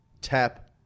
tap